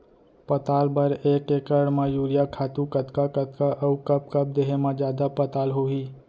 पताल बर एक एकड़ म यूरिया खातू कतका कतका अऊ कब कब देहे म जादा पताल होही?